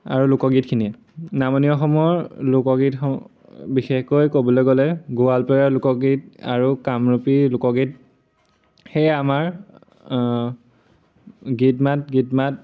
আৰু লোকগীতখিনিয়ে নামনি অসমৰ লোকগীত বিশেষকৈ ক'বলৈ গ'লে গোৱালপৰীয়া লোকগীত আৰু কামৰূপী লোকগীত সেয়ে আমাৰ গীত মাত গীত মাত